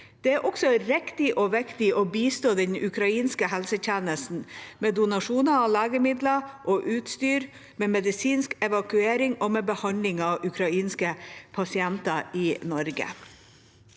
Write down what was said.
Det er også riktig og viktig å bistå den ukrainske helsetjenesten med donasjoner av legemidler og utstyr, med medisinsk evakuering og med behandling av ukrainske pasienter i Norge.